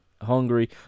Hungary